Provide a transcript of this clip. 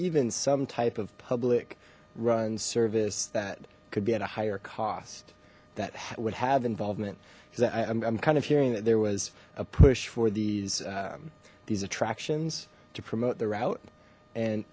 even some type of public run service that could be at a higher cost that would have involvement is i'm kind of hearing that there was a push for these these attractions to promote the route and